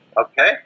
okay